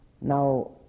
Now